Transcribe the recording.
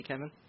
Kevin